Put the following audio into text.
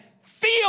feel